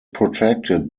protected